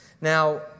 Now